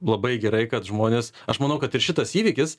labai gerai kad žmonės aš manau kad ir šitas įvykis